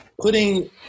putting